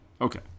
Okay